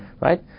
Right